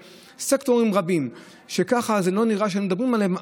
וסקטורים רבים שכך זה לא נראה שמדברים עליהם,